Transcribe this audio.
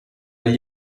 gli